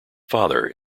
father